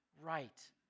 right